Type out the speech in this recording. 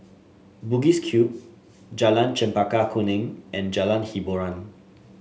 Bugis Cube Jalan Chempaka Kuning and Jalan Hiboran